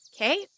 Okay